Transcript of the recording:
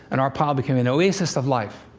and our pile became an oasis of life.